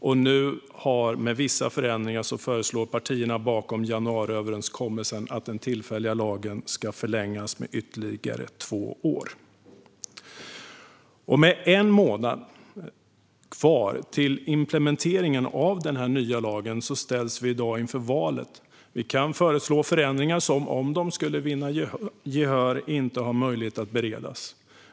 Partierna bakom januariöverenskommelsen föreslår nu att den tillfälliga lagen, med vissa förändringar, ska förlängas med ytterligare två år. Med en månad kvar till implementeringen av den nya lagen ställs vi i dag inför ett val. Vi kan föreslå förändringar som, om de skulle vinna gehör, det inte finns möjlighet att bereda.